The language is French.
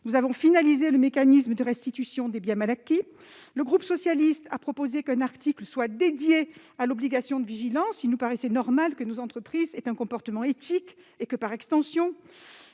Nous avons finalisé le mécanisme de restitution des biens mal acquis. Le groupe SER a proposé qu'un article soit dédié à l'obligation de vigilance ; il nous paraissait normal que nos entreprises aient un comportement éthique et que, par extension,